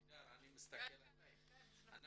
מירה קידר, אני מסתכל עלייך -- כן.